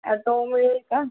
auto मिळेल का